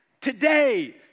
today